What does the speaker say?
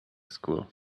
school